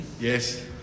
Yes